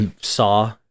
saw